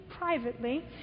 privately